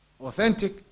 authentic